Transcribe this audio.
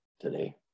today